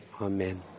amen